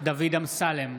דוד אמסלם,